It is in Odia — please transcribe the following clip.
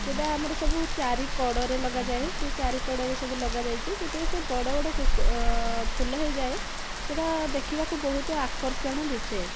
ସେଟା ଆମର ସବୁ ଚାରି କଡ଼ରେ ଲଗାଯାଏ ସେ ଚାରିକଡ଼ରେ ସବୁ ଲଗାଯାଇଛି ସେଥିପାଇଁ ସେ ବଡ଼ ବଡ଼ କୁକ୍ ଫୁଲ ହୋଇଯାଏ ସେଟା ଦେଖିବାକୁ ବହୁତ ଆକର୍ଷଣ ଦିଶେ